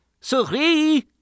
souris